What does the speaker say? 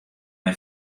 mei